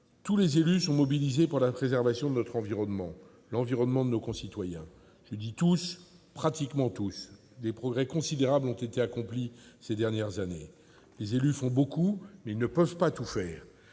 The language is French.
tous -sont mobilisés pour la préservation de notre environnement, l'environnement de nos concitoyens. Des progrès considérables ont été accomplis ces dernières années. Les élus font beaucoup, mais ils ne peuvent pas tout faire.